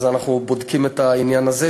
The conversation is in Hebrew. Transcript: אז אנחנו בודקים את העניין הזה.